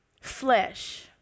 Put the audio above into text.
flesh